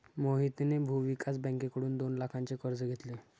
मोहितने भूविकास बँकेकडून दोन लाखांचे कर्ज घेतले